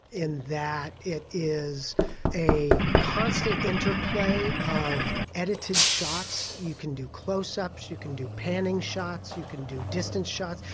in that it is a constant interplay of edited shots. you can do close-ups, you can do panning shots, you can do distance shots,